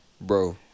Bro